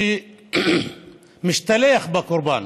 שמשתלח בקורבן.